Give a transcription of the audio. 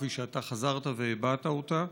כפי שאתה חזרת והבעת אותה,